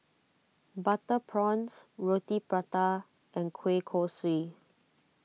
Butter Prawns Roti Prata and Kueh Kosui